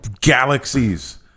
galaxies